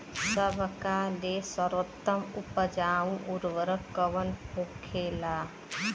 सबका ले सर्वोत्तम उपजाऊ उर्वरक कवन होखेला?